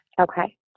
Okay